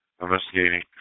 Investigating